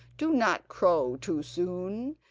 do not crow too soon!